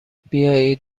بیایید